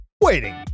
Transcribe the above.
Waiting